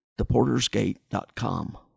theportersgate.com